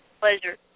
Pleasure